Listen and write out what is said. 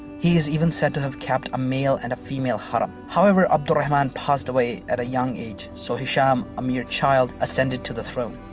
he is even said to have kept a male and a female harem. however, abd al-rahman passed away at a young age. so, hisham, a mere child ascended to the throne.